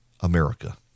America